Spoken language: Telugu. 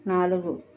నాలుగు